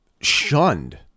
shunned